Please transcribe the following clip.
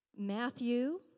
Matthew